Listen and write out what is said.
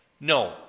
No